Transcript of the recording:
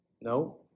No